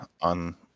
on